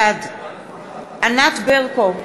בעד ענת ברקו,